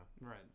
Right